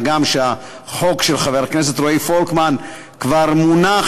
מה גם שהחוק של חבר הכנסת רועי פולקמן כבר מונח,